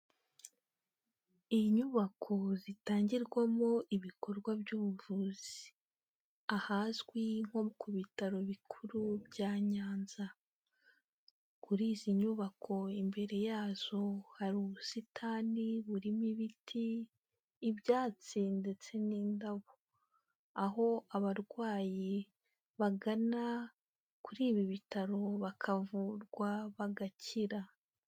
Inyubako zitangirwamo ibikorwa by'ubuvuzi. Ahazwi nko ku bitaro bikuru bya Nyanza. Kuri izi nyubako imbere yazo, hari ubusitani burimo ibiti, ibyatsi ndetse n'indabo. Aho abarwayi bagana kuri ibi bitaro, bakavurwa, bagakira.